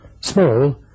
Small